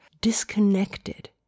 disconnected